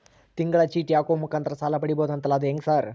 ತಿಂಗಳ ಚೇಟಿ ಹಾಕುವ ಮುಖಾಂತರ ಸಾಲ ಪಡಿಬಹುದಂತಲ ಅದು ಹೆಂಗ ಸರ್?